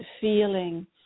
feeling